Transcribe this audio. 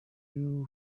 new